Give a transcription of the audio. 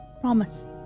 Promise